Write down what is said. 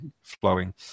flowing